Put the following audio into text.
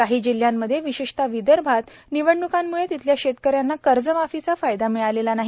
काही जिल्ह्यांमध्ये विशेषत विदर्भात निवडणुकांमुळे तिथल्या शेतकऱ्यांना कर्जमाफीचा फायदा मिळालेला नाही